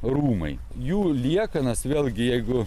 rūmai jų liekanas vėlgi jeigu